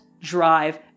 drive